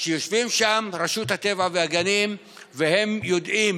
שיושבים שם ברשות הטבע והגנים, והם יודעים